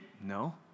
No